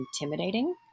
intimidating